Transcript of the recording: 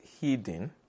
hidden